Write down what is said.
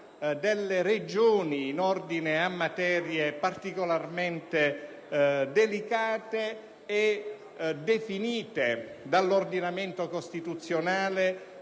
delle Regioni in ordine a materie particolarmente delicate, e definite dall'ordinamento costituzionale